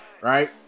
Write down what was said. right